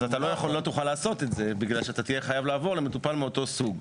אתה לא תוכל לעשות את זה כי אתה תהיה חייב לעבור למטופל מאותו סוג.